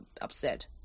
upset